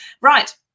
right